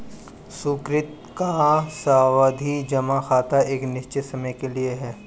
सुकृति का सावधि जमा खाता एक निश्चित समय के लिए है